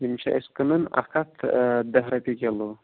یم چھِ اَسہِ کٕنن اَکھ ہَتھ داہ رۄپیہِ کِلوٗ